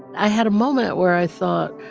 i had a moment where i thought,